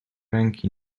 ręki